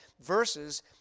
verses